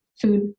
food